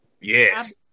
Yes